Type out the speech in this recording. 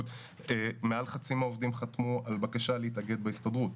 מעל חצי מהעובדים חתמו על בקשה להתאגד בהסתדרות.